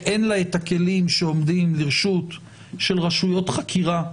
שאין לה את הכלים שעומדים לרשות רשויות חקירה,